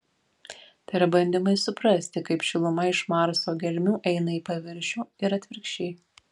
tai yra bandymai suprasti kaip šiluma iš marso gelmių eina į paviršių ir atvirkščiai